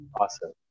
Awesome